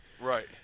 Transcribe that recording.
right